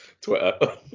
Twitter